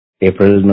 April